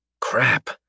Crap